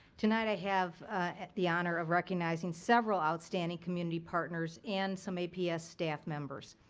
tonight i have the honor of recognizing several outstanding community partners and some aps staff members.